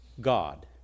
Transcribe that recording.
God